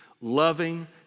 loving